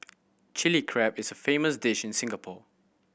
Chilli Crab is a famous dish in Singapore